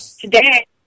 Today